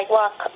walk